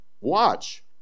Watch